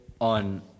on